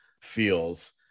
feels